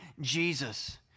Jesus